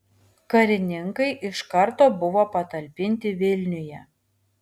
karininkai iš karto buvo patalpinti vilniuje